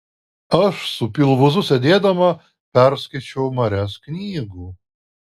aš su pilvūzu sėdėdama perskaičiau marias knygų